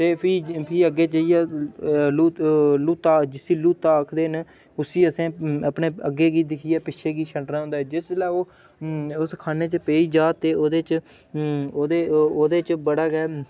ते फ्ही ते फ्ही अग्गै जाइयै लोक लूत्ता लूत्ता जिस्सी लूत्ता आखदे न उस्सी असें अपने अग्गें गी दिक्खियै पिच्छै गी छंडना होंदा ऐ जिसलै ओह् उस खान्ने च पेई जाऽ ते ओह्दे च ओह्दे ओह् ओह्दे च बड़ा गै